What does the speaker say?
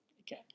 Okay